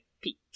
peak